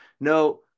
no